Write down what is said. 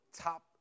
top